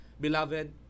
beloved